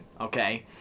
okay